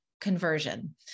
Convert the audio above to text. conversion